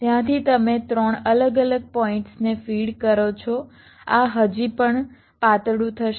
ત્યાંથી તમે ત્રણ અલગ અલગ પોઇન્ટ્સને ફીડ કરો છો આ હજી પણ પાતળું થશે